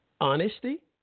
honesty